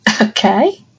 okay